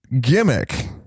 gimmick